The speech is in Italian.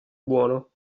buono